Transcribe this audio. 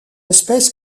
espèce